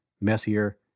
messier